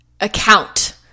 account